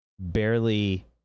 barely